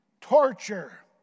torture